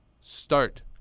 start